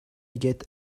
get